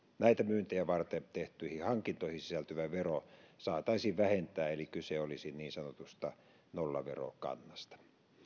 näitä myyntejä varten tehtyihin hankintoihin sisältyvä vero saataisiin vähentää eli kyse olisi niin sanotusta nollaverokannasta